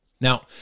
Now